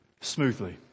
smoothly